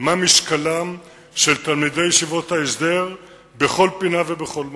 מה משקלם של תלמידי ישיבות ההסדר בכל פינה ובכל מקום.